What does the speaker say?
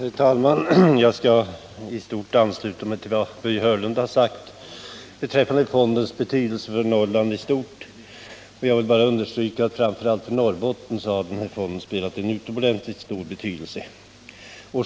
Herr talman! Jag skall i stort ansluta mig till vad Börje Hörnlund har sagt beträffande fondens betydelse för Norrland i stort. Jag vill bara understryka att fonden framför allt för Norrbotten haft en utomordentligt stor betydelse.